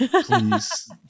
please